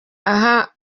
aha